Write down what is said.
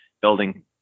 building